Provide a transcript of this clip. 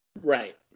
Right